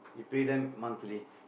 you pay them monthly